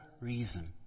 reason